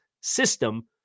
system